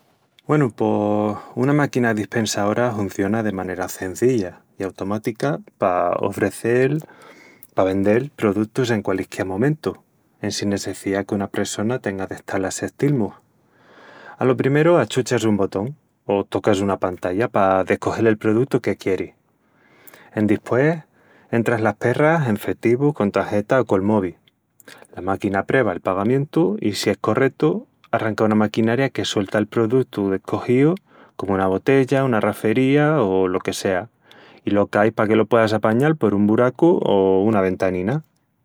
Güenu, pos... una máquina dispensaora hunciona de manera cenzilla i automática pa ofrecel... pa vendel produtus en qualisquiá momentu, en sin nesseciá qu'una pressona tenga d'estal a assestil-mus. Alo primeru, achuchas un botón o tocas una pantalla pa descogel el produtu que quieris. Endispués, entras las perras, en fetivu, con tageta o col mobi. La máquina preva el pagamientu, i si es corretu, arranca una maquinaria que suelta el produtu descogíu, comu una botella, una rafería o lo que sea... i lo cai paque lo pueas apañal por un buracu o una ventanina.